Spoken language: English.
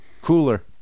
Cooler